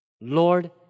Lord